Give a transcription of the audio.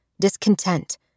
discontent